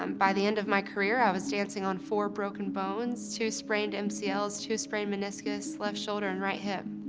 um by the end of my career i was dancing on four broken bones, two sprained um mcls, two sprained meniscuses, left shoulder and right hip.